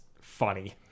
funny